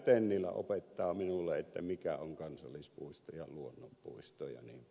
tennilä opettaa minulle mikä on kansallispuisto ja luonnonpuisto jnp